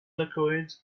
liquid